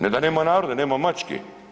Ne da nema naroda, nema mačke.